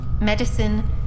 Medicine